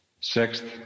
Sixth